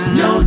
no